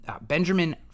Benjamin